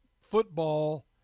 football